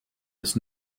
ist